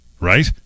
right